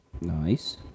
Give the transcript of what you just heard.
Nice